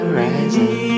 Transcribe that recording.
rising